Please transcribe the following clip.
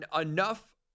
enough